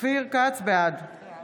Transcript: (חברת הכנסת אורית